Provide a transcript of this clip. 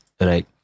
right